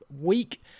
week